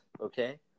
okay